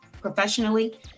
professionally